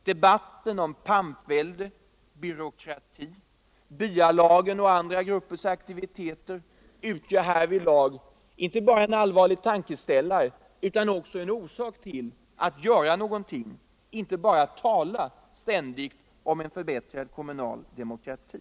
Debatten om Onsdagen den pampvälde, byråkrati, byalag och andra gruppers aktiviteter utgör härvidlag 23 oktober 1974 inte bara en allvarlig tankeställare utan också en orsak att göra någonting och inte bara ständigt rala om en förbättrad kommunal demokrati.